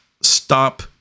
stop